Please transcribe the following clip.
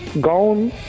gone